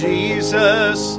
Jesus